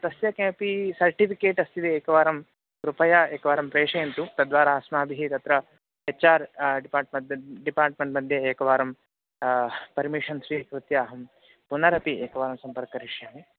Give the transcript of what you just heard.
तस्य किमपि सर्टिफिकेट् अस्ति चेत् एकवारं कृपया एकवारं प्रेषयन्तु तद्वारा अस्माभिः तत्र एच् आर् डिपाट्मेण्ट् डिपार्ट्मेण्ट् मध्ये एकवारं पर्मिषन् स्वीकृत्य अहम् पुनरपि एकवारं सम्पर्कं करिष्यामि